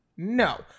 No